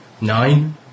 Nine